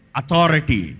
authority